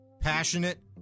passionate